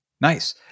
Nice